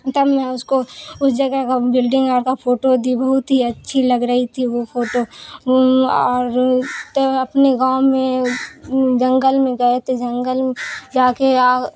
تب میں اس کو اس جگہ کا بلڈنگ آ کا فوٹو دی بہت ہی اچھی لگ رہی تھی وہ فوٹو اور تب اپنے گاؤں میں جنگل میں گئے تھے جنگل جا کے